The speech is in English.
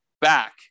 back